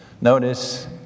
Notice